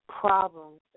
problems